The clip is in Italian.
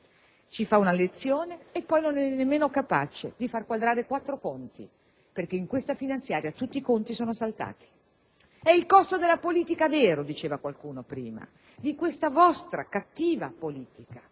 Ci fa una lezione e poi non è nemmeno capace di far quadrare quattro conti, perché in questa finanziaria tutti i conti sono saltati. È il costo della politica vero, diceva prima qualcuno, di questa vostra cattiva politica